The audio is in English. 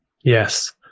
Yes